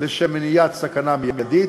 לשם מניעת סכנה מיידית